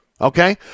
okay